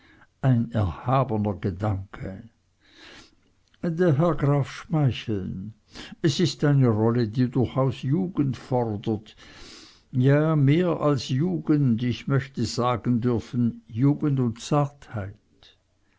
ein erhabener gedanke der herr graf schmeicheln es ist eine rolle die durchaus jugend fordert ja mehr als jugend ich möchte sagen dürfen jugend und